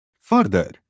Further